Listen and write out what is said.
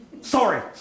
Sorry